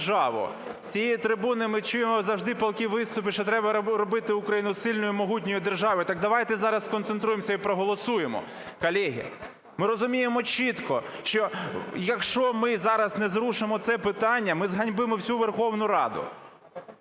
З цієї трибуни ми чуємо завжди палкі виступи, що треба робити Україну сильною і могутньою державою, так давайте зараз сконцентруємося і проголосуємо, колеги. Ми розуміємо чітко, що якщо ми зараз не зрушимо це питання, ми зганьбимо всю Верховну Раду.